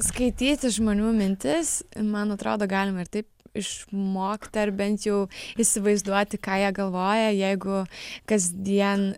skaityti žmonių mintis man atrodo galima ir taip išmokti ar bent jau įsivaizduoti ką jie galvoja jeigu kasdien